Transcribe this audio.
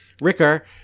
Ricker